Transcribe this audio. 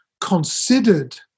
considered